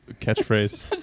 catchphrase